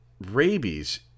rabies